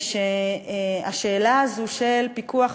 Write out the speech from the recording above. רק מה?